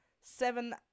seven